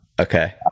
Okay